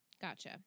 Gotcha